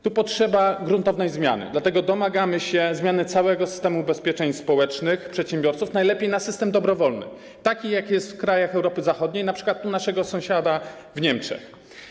Tu potrzeba gruntownej zmiany, dlatego domagamy się zmiany całego systemu ubezpieczeń społecznych przedsiębiorców, najlepiej na system dobrowolny, jaki jest w krajach Europy Zachodniej, np. u naszego sąsiada, w Niemczech.